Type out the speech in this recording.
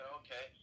okay